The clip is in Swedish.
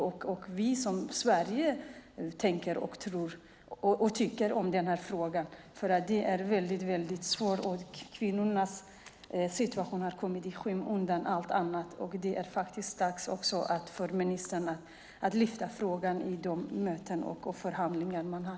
Vad tänker, tror och tycker vi i Sverige om den här frågan? Den är väldigt svår. Kvinnornas situation har kommit i skymundan av allt annat. Det är faktiskt dags för ministern att lyfta fram frågan vid de möten och förhandlingar man har.